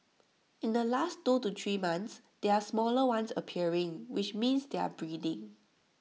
in the last two to three months there are smaller ones appearing which means they are breeding